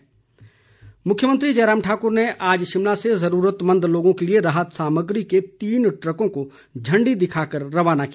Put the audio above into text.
जयराम मुख्यमंत्री जयराम ठाकुर ने आज शिमला से जरूरतमंद लोगों के लिए राहत सामग्री के तीन ट्रकों को झंडी दिखाकर रवाना किया